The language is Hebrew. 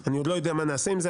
אני עוד לא יודע מה נעשה עם זה,